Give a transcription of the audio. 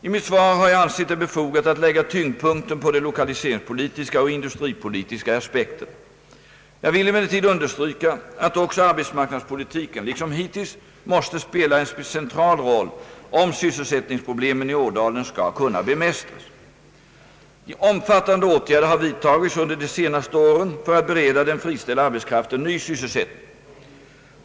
I mitt svar har jag ansett det befogat att lägga tyngdpunkten på de lokaliseringspolitiska och industripolitiska aspekterna. Jag vill emellertid understryka att också arbetsmarknadspolitiken, liksom hittills, måste spela en central roll om sysselsättningsproblemen i Ådalen skall kunna bemästras. Omfattande åtgärder har vidtagits under de senaste åren för att bereda den friställda arbetskraften ny sysselsättning.